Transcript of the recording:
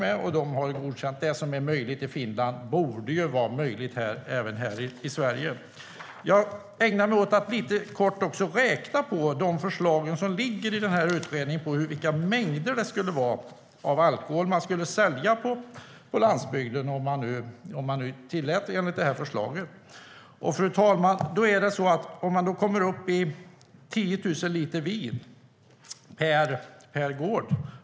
Det som är möjligt att göra i Finland borde vara möjligt även här i Sverige.Jag ägnade mig lite kort åt att räkna på de förslag som finns i utredningen om vilka mängder alkohol som måste säljas på landsbygden. Det handlar om att sälja 10 000 liter vin per gård.